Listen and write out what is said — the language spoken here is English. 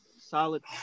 solid